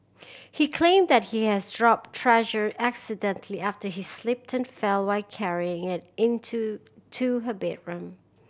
he claimed that he has dropped Treasure accidentally after he slipped fell while carrying it into to her bedroom